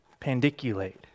pandiculate